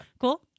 Cool